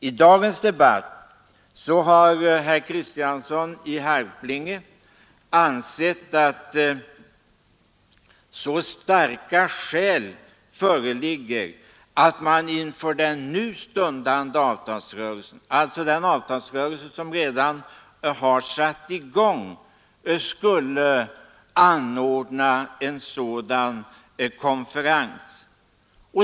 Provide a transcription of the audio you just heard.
I dagens debatt har herr Kristiansson i Harplinge hävdat att starka skäl föreligger för att inför den nu stundande avtalsrörelsen — den som redan har satt i gång — anordna en sådan konferens.